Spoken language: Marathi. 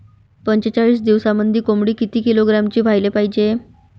पंचेचाळीस दिवसामंदी कोंबडी किती किलोग्रॅमची व्हायले पाहीजे?